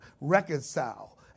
reconcile